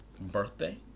birthday